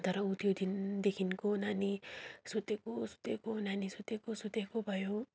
तर उ त्यो दिनदेखिको नानी सुतेको सुतेको नानी सुतेको सुतेको भयो